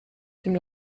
dem